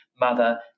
mother